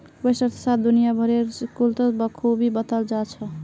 व्यष्टि अर्थशास्त्र दुनिया भरेर स्कूलत बखूबी बताल जा छह